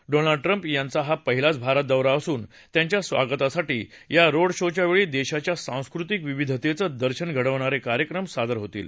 Donald Trump यांचा हा पहिलाच भारत दौरा असून त्यांच्या स्वागतासाठी या रोड शोच्यावेळी देशाच्या सांस्कृतिक विविधतेचं दर्शन घडवणारे कार्यक्रम सादर होतील